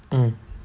mm